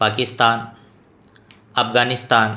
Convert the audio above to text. Pakistan Afghanistan